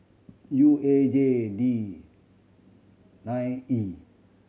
U A J D nine E